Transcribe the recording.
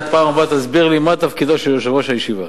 אתה בפעם הבאה תסביר לי מה תפקידו של יושב-ראש הישיבה,